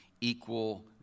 equal